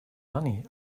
money